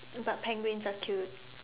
but penguins are cute